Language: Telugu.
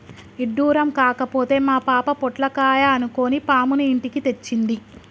ఇడ్డురం కాకపోతే మా పాప పొట్లకాయ అనుకొని పాముని ఇంటికి తెచ్చింది